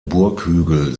burghügel